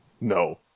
No